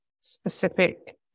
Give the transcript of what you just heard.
specific